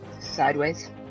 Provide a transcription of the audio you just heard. sideways